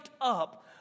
up